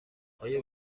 آیا